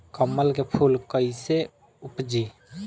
कमल के फूल कईसे उपजी?